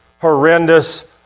horrendous